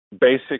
basic